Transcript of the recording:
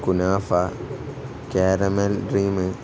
kunafa caramel cream